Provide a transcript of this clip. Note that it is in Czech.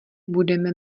budeme